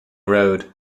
road